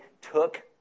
took